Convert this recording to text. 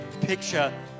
picture